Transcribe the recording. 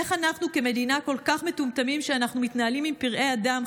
איך אנחנו כמדינה כל כך מטומטמים שאנחנו מתנהלים עם פראי אדם,